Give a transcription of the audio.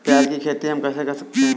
प्याज की खेती हम कैसे कर सकते हैं?